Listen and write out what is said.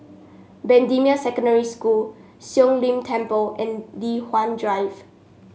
Bendemeer Secondary School Siong Lim Temple and Li Hwan Drive